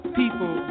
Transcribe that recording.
people